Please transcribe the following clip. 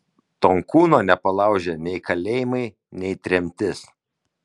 tonkūno nepalaužė nei kalėjimai nei tremtis